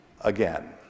again